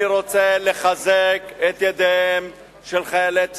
אני רוצה לחזק את ידיהם של חיילי צה"ל.